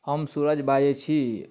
हम सूरज बाजैत छी